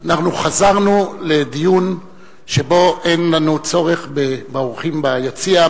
אנחנו חזרנו לדיון שבו אין לנו צורך באורחים ביציע,